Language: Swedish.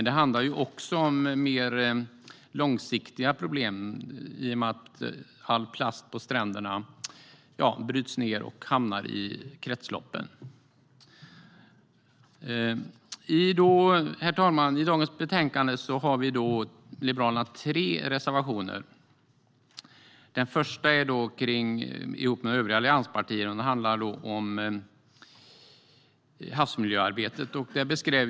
Det handlar också om mer långsiktiga problem i och med att all plast på stränderna bryts ned och hamnar i kretsloppen. Herr talman! I dagens betänkande har Liberalerna tre reservationer. Den första har vi ihop med de övriga allianspartierna, och den handlar om havsmiljöarbetet.